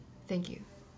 thank you